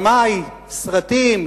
במאי סרטים,